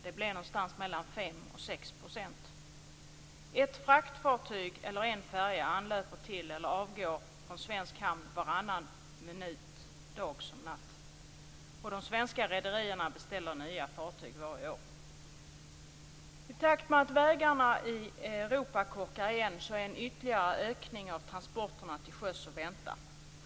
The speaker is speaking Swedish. Det blev någonstans mellan 5 % och 6 %. Ett fraktfartyg eller en färja anlöper eller avgår från svensk hamn varannan minut dag som natt. De svenska rederierna beställer nya fartyg varje år. I takt med att vägarna i Europa korkar igen är en ytterligare ökning av transporterna till sjöss att vänta.